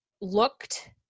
Looked